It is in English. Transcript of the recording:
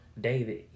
David